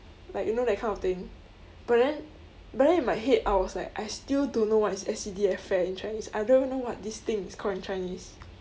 like you know that kind of thing but then but then in my head I was like I still don't know what is S_C_D_F fair in chinese I don't even know what this thing is called in chinese